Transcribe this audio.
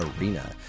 Arena